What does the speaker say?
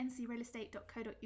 ncrealestate.co.uk